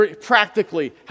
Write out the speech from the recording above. Practically